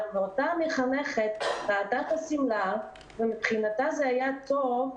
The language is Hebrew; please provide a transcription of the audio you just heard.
ואותה מחנכת ראתה את השמלה ומבחינתה זה היה טוב,